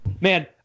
Man